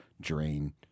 drain